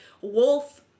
wolf